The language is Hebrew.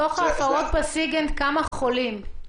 מתוך ההפרות בסיגינט, כמה חולים?